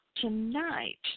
tonight